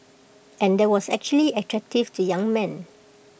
and that was actually attractive to young men